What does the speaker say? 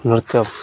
ନୃତ୍ୟ